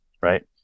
right